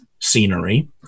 scenery